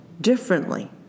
differently